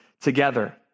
together